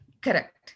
correct